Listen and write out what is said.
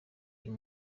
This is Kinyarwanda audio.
uyu